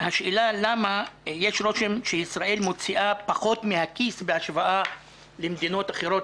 השאלה היא למה יש רושם שישראל מוציאה פחות מהכיס בהשוואה למדינות אחרות,